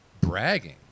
bragging